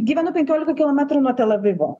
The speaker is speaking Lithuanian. gyvenu penkiolika kilometrų nuo tel avivo